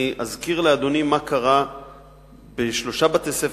אני אזכיר לאדוני מה קרה בשלושה בתי-ספר בפתח-תקווה.